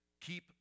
keep